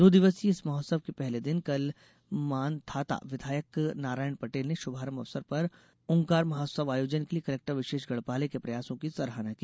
दो दिवसीय इस महोत्सव के पहले दिन कल मांधाता विधायक नारायण पटेल ने शुभारंभ अवसर पर ओंकार महोत्सव आयोजन के लिए कलेक्टर विशेष गढ़पाले के प्रयासों की सराहना की